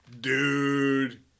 Dude